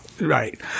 right